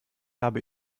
habe